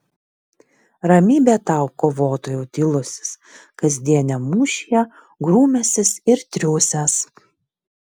ramybė tau kovotojau tylusis kasdieniam mūšyje grūmęsis ir triūsęs